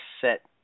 set